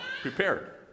prepared